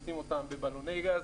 לשים אותם בבלוני גז.